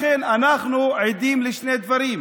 לכן אנחנו עדים לשני דברים: